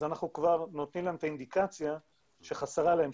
אז אנחנו כבר נותנים להם את האינדיקציה שחסרה להם,